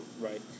Right